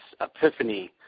epiphany